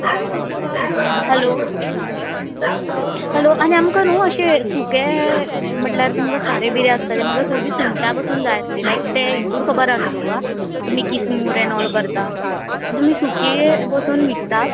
hello hello आनी आमकां न्हू अशें सुकें म्हटल्यार तुमकां खारें बिरें आसता तें म्हाका सोगळीं सुंगटां पसून जाय आसलीं लायक तें हितूर खबर आमी तुका किसमूर एन ऑल करता तुमी सुके पसून विकतात